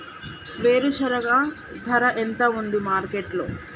వేరుశెనగ ధర ఎంత ఉంది మార్కెట్ లో?